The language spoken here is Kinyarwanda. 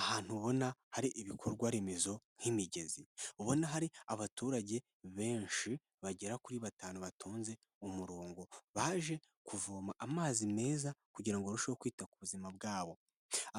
Ahantu ubona hari ibikorwa remezo nk'imigezi. Ubona hari abaturage benshi bagera kuri batanu batonze umurongo baje kuvoma amazi meza kugira ngo barusheho kwita ku buzima bwabo.